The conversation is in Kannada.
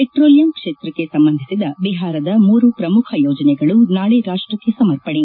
ಪೆಟ್ರೋಲಿಯಂ ಕ್ಷೇತ್ರಕ್ಷೆ ಸಂಬಂಧಿಸಿದ ಬಿಹಾರದ ಮೂರು ಪ್ರಮುಖ ಯೋಜನೆಗಳು ನಾಳೆ ರಾಷ್ಟಕ್ಕೆ ಸಮರ್ಪಣೆ